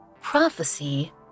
prophecy